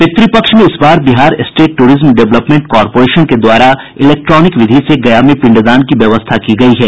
पितृपक्ष में इस बार Bihar state tourism development corporation द्वारा इलेक्ट्रॉनिक विधि से गया में पिंडदान की व्यवस्था की गयी है